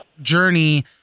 journey